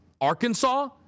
Arkansas